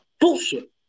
bullshit